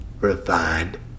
Refined